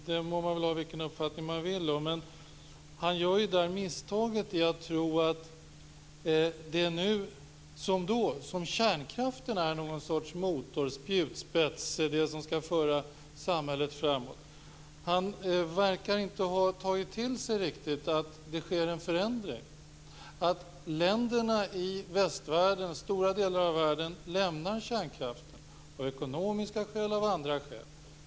Man må ha vilken uppfattning man vill om det, men han begår misstaget att tro att kärnkraften nu som då är någon sorts motor eller spjutspets som skall föra samhället framåt. Han verkar inte riktigt ha tagit till sig att det sker en förändring. Länderna i stora delar av västvärlden lämnar kärnkraften av ekonomiska och andra skäl.